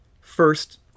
First